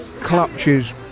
clutches